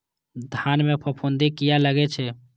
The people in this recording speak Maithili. धान में फूफुंदी किया लगे छे?